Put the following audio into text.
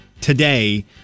today